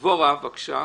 דבורה, בבקשה.